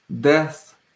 death